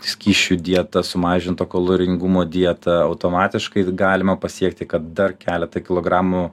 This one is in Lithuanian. skysčių dieta sumažinto kaloringumo dieta automatiškai galima pasiekti kad dar keletą kilogramų